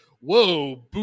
whoa